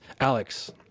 Alex